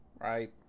Right